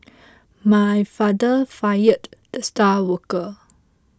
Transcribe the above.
my father fired the star worker